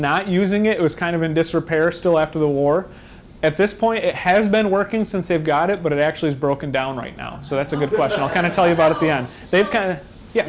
not using it was kind of in disrepair still after the war at this point has been working since they've got it but it actually has broken down right now so that's a good question i'll kind of tell you about a piano they've kind of yeah